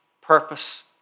purpose